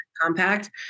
compact